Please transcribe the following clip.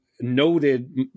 noted